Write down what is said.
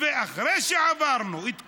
אחרי שעברנו את כולם,